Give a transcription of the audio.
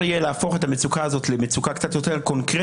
יהיה להפוך את המצוקה הזאת למצוקה קצת יותר קונקרטית,